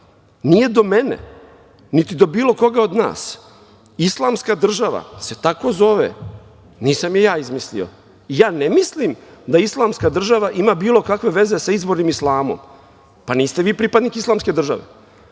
Nije do mene, niti do bilo koga od nas. Islamska država se tako zove. Nisam je ja izmislio. Ja ne mislim da Islamska država ima bilo kakve veze sa izvornim islamom. Pa, niste vi pripadnik Islamske države,